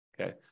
Okay